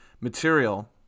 material